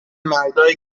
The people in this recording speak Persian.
مردایی